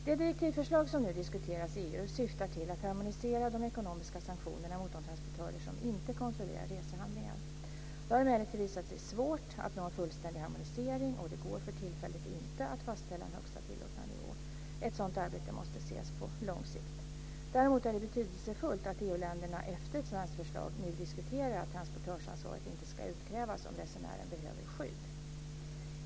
Det direktivförslag som nu diskuteras i EU syftar till att harmonisera de ekonomiska sanktionerna mot de transportörer som inte kontrollerar resehandlingar. Det har emellertid visat sig svårt att nå en fullständig harmonisering, och det går för tillfället inte att fastställa en högsta tillåtna nivå. Ett sådant arbete måste ses på lång sikt. Däremot är det betydelsefullt att EU länderna, efter ett svenskt förslag, nu diskuterar att transportörsansvaret inte ska utkrävas om resenären behöver skydd.